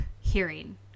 hearing